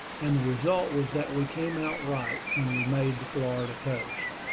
and the result was that we came out right when we made the florida coast.